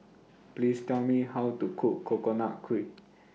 Please Tell Me How to Cook Coconut Kuih